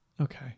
Okay